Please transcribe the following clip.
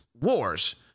wars